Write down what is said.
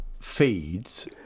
feeds